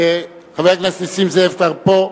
חבר הכנסת נסים זאב כבר פה.